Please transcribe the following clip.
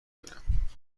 میبینم